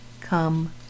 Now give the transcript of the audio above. come